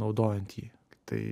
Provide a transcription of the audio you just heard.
naudojant jį tai